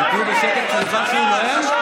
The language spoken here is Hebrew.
שתהיו בשקט בזמן שהוא נואם?